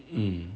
mm